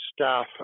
staff